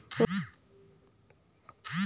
सोना लोन के प्रकार के होथे?